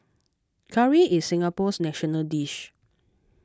curry is Singapore's national dish